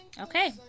Okay